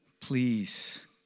please